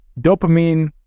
dopamine